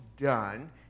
done